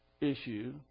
issue